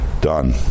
done